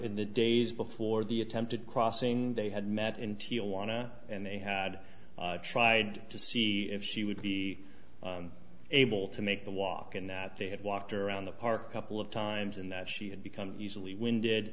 in the days before the attempted crossing they had met in tijuana and they had tried to see if she would be able to make the walk and that they had walked around the park couple of times and that she had become usually when did